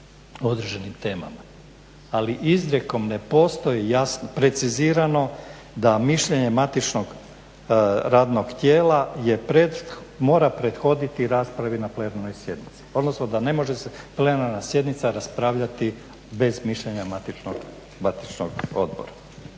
određenim temama. Ali izrijekom ne postoji precizirano da mišljenje matičnog radnog tijela mora prethoditi raspravi na plenarnoj sjednici odnosno da ne može se plenarna sjednica raspravljati bez mišljenja matičnog odbora.